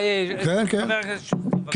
חבר הכנסת שוסטר, בבקשה.